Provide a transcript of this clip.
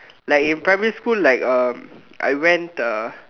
like in primary school like um I went uh